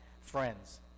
friends